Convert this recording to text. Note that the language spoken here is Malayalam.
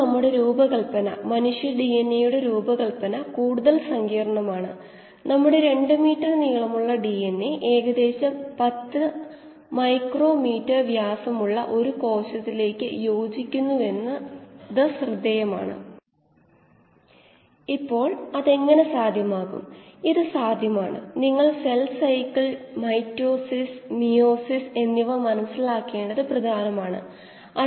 നമ്മൾ അന്തരീക്ഷ ഊഷ്മാവിലാണ് പ്രവർത്തിപ്പിക്കുന്നത് സാധാരണ അവസ്ഥയിൽ 30 ഡിഗ്രി 37 ഡിഗ്രി സെൽഷ്യസ് ഒരു അന്തരീക്ഷമർദ്ദം ഈ സാഹചര്യങ്ങളിൽ ഈ രണ്ട് ധാരകൾക്കിടയിൽ ഉള്ള സാന്ദ്രതയിൽ വ്യത്യാസം ഉണ്ടാകാനിടയില്ല